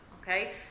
okay